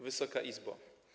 Wysoka Izbo!